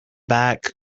back